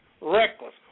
reckless